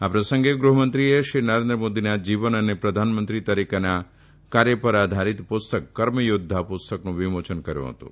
આ પ્રસંગે ગૃહમંત્રીએ શ્રી નરેન્દ્ર મોદીના જીવન અને પ્રધાનમંત્રી તરીકેના કાર્ય પર આધારીત પુસ્તક કર્મ યોધ્ધા પુસ્તકનું વિમોયન કર્યુ હતું